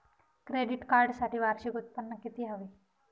Credit कार्डसाठी वार्षिक उत्त्पन्न किती हवे?